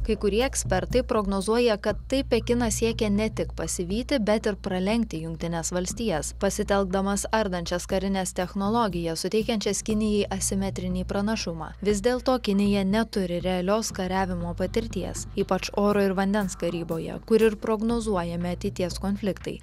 kai kurie ekspertai prognozuoja kad taip pekinas siekia ne tik pasivyti bet ir pralenkti jungtines valstijas pasitelkdamas ardančias karines technologijas suteikiančias kinijai asimetrinį pranašumą vis dėl to kinija neturi realios kariavimo patirties ypač oro ir vandens karyboje kur ir prognozuojami ateities konfliktai